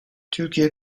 türkiye